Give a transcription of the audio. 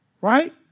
Right